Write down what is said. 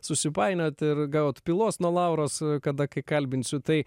susipainiot ir gaut pylos nuo lauros kada kai kalbinsiu tai